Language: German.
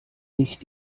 nicht